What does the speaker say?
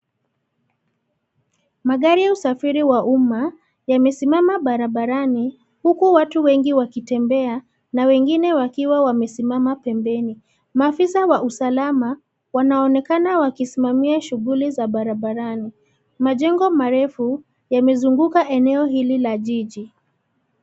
Magari ya usafiri wa umma, yamesimama barabarani, huku watu wengi wakitembea , na wengine wakiwa wamesimama pembeni. Maafisa wa usalama, wanaonekana wakisimamia shughuli za barabarani. Majengo marefu, yamezunguka eneo hili la jiji.